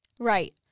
Right